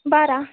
बारा